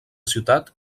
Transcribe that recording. ciutat